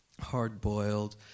hard-boiled